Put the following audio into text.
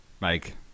Mike